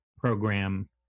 program